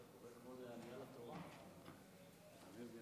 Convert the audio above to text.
אדוני היושב-ראש, אדוני השר, רבותיי